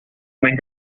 mes